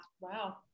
Wow